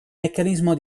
meccanismo